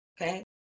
okay